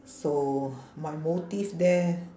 so my motive there